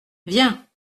viens